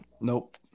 Nope